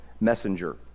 messenger